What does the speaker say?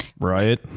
Right